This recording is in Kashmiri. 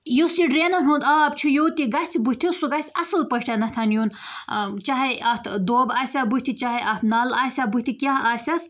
یُس یہِ ڈرٛینَن ہُنٛد آب چھُ یوٚت یہِ گژھِ بٕتھِ سُہ گژھِ اَصٕل پٲٹھٮ۪نَتھ یُن چاہے اَتھ دوٚب آسیٛا بٕتھِ چاہے اَتھ نَل آسیٛا بٕتھِ کیٛاہ آسٮ۪س